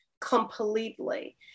completely